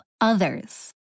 others